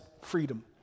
freedom